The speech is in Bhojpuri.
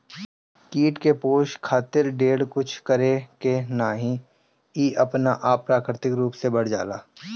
कीट के पोसे खातिर ढेर कुछ करे के नईखे इ अपना आपे प्राकृतिक रूप से बढ़ जाला